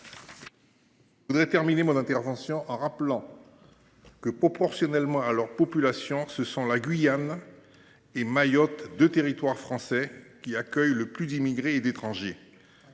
Je terminerai mon intervention en rappelant que, proportionnellement à leur population, ce sont la Guyane et Mayotte, deux territoires français, qui accueillent le plus d’immigrés et d’étrangers.